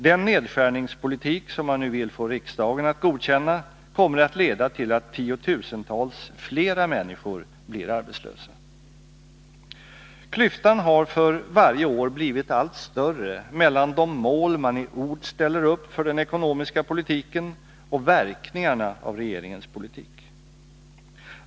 Den nedskärningspolitik som man nu vill få riksdagen att godkänna kommer att leda till att tiotusentals flera människor blir arbetslösa. Klyftan har för varje år blivit allt större mellan de mål man i ord ställer upp för den ekonomiska politiken och verkningarna av regeringens politik.